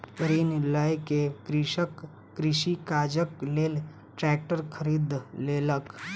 ऋण लय के कृषक कृषि काजक लेल ट्रेक्टर खरीद लेलक